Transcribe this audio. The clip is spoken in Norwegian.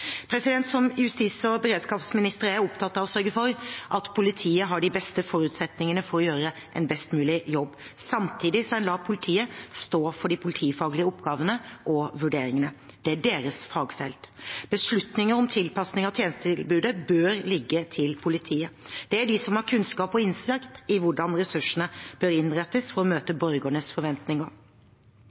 Som justis- og beredskapsminister er jeg opptatt av å sørge for at politiet har de beste forutsetningene for å gjøre en best mulig jobb, samtidig som en lar politiet stå for de politifaglige oppgavene og vurderingene. Det er deres fagfelt. Beslutninger om tilpasning av tjenestetilbudet bør ligge til politiet. Det er de som har kunnskap om og innsikt i hvordan ressursene bør innrettes for å møte borgernes forventninger.